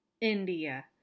India